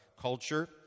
culture